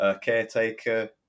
caretaker